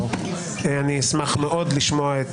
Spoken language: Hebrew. אני אשמח מאוד לשמוע את